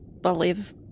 believe